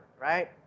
right